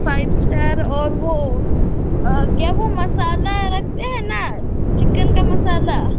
five star और वह क्या वह मसाला रखते है ना चिकन का मसाला